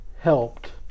helped